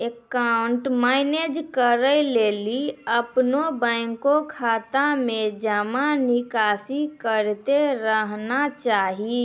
account manage करै लेली अपनो बैंक खाता मे जमा निकासी करतें रहना चाहि